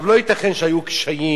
לא ייתכן שהיו קשיים